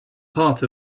part